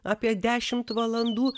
apie dešimt valandų